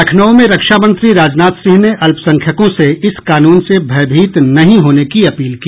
लखनऊ में रक्षा मंत्री राजनाथ सिंह ने अल्पसख्यकों से इस कानून से भयभीत नहीं होने की अपील की